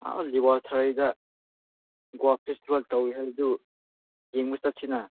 ꯑꯥ ꯂꯤꯋꯥꯊ꯭ꯔꯩꯗ ꯒꯣꯚꯥ ꯐꯦꯁꯇꯤꯕꯦꯜ ꯇꯧꯏ ꯍꯥꯏꯕꯗꯨ ꯌꯦꯡꯕ ꯆꯠꯁꯤꯅ